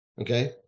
Okay